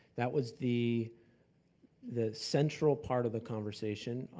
that was the the central part of the conversation,